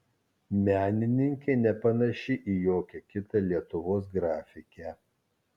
menininkė nepanaši į jokią kitą lietuvos grafikę